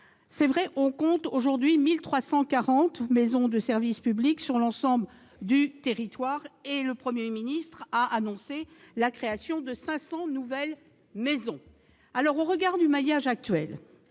grand débat. Il existe aujourd'hui 1 340 maisons de services au public sur l'ensemble du territoire. Le Premier ministre a annoncé la création de 500 nouvelles maisons. Au regard du maillage actuel,